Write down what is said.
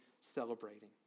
celebrating